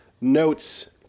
notes